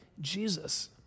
Jesus